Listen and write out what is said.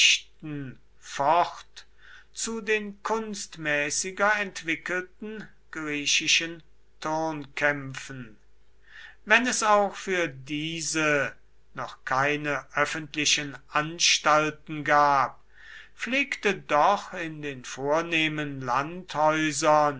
fort zu den kunstmäßiger entwickelten griechischen turnkämpfen wenn es auch für diese noch keine öffentlichen anstalten gab pflegte doch in den vornehmen